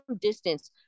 distance